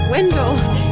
Wendell